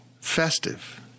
Festive